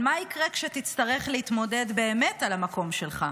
אבל מה יקרה כשתצטרך להתמודד באמת על המקום שלך?